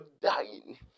dying